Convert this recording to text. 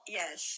yes